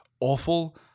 awful